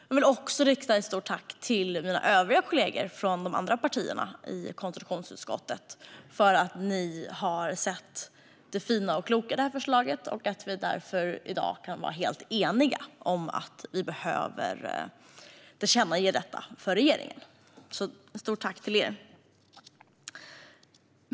Jag vill också rikta ett stort tack till mina kollegor från de andra partierna i konstitutionsutskottet för att de har sett det fina och kloka i förslaget och vi därför i dag kan vara eniga om att vi behöver tillkännage detta till regeringen. Ett stort tack till er!